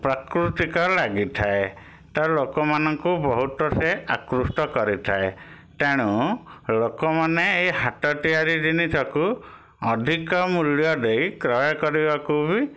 ପ୍ରକୃତିକ ଲାଗିଥାଏ ତ ଲୋକ ମାନଙ୍କୁ ବହୁତ ସେ ଆକୃଷ୍ଟ କରିଥାଏ ତେଣୁ ଲୋକମାନେ ଏଇ ହାତ ତିଆରି ଜିନିଷକୁ ଅଧିକ ମୂଲ୍ୟ ଦେଇ କ୍ରୟ କରିବାକୁ ବି